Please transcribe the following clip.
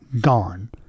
gone